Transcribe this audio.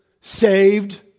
saved